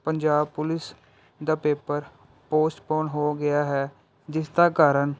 Punjab police ਦਾ paper postpone ਹੋ ਗਿਆ ਹੈ ਜਿਸ ਦਾ ਕਾਰਣ